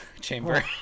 Chamber